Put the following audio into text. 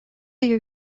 you